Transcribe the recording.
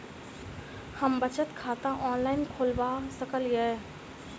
हम बचत खाता ऑनलाइन खोलबा सकलिये?